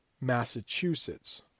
Massachusetts